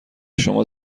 شما